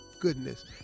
goodness